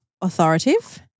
authoritative